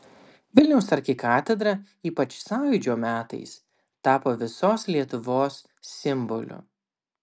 vilniaus arkikatedra ypač sąjūdžio metais tapo visos lietuvos simboliu